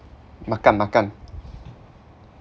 makan makan